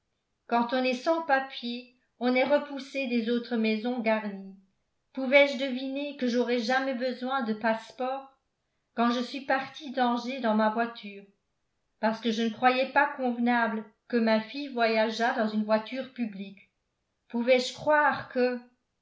quand on est sans papiers on est repoussé des autres maisons garnies pouvais-je deviner que j'aurais jamais besoin de passeport quand je suis partie d'angers dans ma voiture parce que je ne croyais pas convenable que ma fille voyageât dans une voiture publique pouvais-je croire que